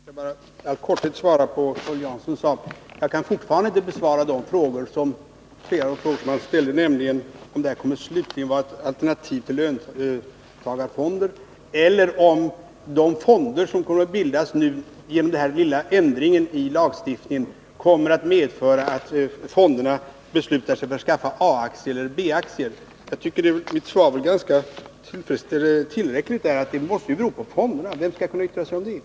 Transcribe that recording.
Herr talman! Jag kan bara i all korthet svara på vad Paul Jansson sade. Jag kan fortfarande inte besvara de frågor som ställts, om det här kommer att slutligen vara ett alternativ till löntagarfonder eller om de fonder, som kommer att bildas nu genom den här lilla ändringen i lagstiftningen, medför att fonderna beslutar sig för att skaffa A-aktier eller B-aktier. Jag tycker att mitt svar var tillräckligt, att det måste bero på fonderna. Vem skall kunna yttra sig om det?